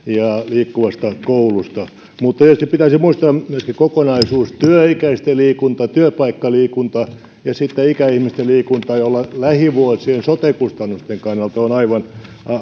liikkuvasta koulusta mutta tietysti pitäisi muistaa myöskin kokonaisuus työikäisten liikunta työpaikkaliikunta ja sitten ikäihmisten liikunta joka lähivuosien sote kustannusten kannalta on aivan